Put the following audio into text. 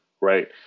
right